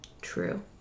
True